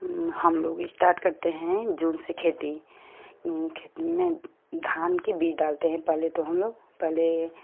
हम लोग इस्टार्ट करते हैं जून से खेती खेती में धान के बीज डालते हैं पहले तो हम लोग पहले